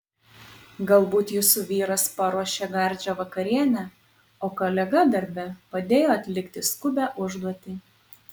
galbūt jūsų vyras paruošė gardžią vakarienę o kolega darbe padėjo atlikti skubią užduotį